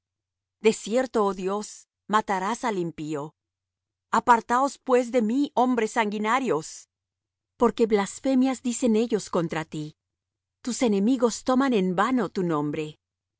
oh dios matarás al impío apartaos pues de mí hombres sanguinarios porque blasfemias dicen ellos contra ti tus enemigos toman en vano tu nombre